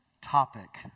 topic